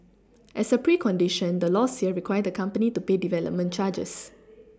as a precondition the laws here require the company to pay development charges